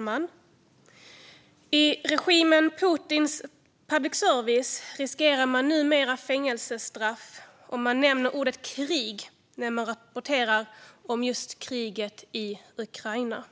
Fru talman! I Putinregimens public service riskerar man numera fängelsestraff om man nämner ordet "krig" när man rapporterar om just kriget i Ukraina.